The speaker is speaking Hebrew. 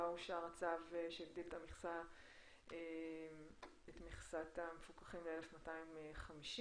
בה אושר הצו שהגדיל את מכסת המפוקחים ל-1,250.